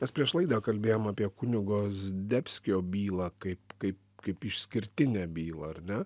mes prieš laidą kalbėjom apie kunigo zdebskio bylą kaip kaip kaip išskirtinę bylą ar ne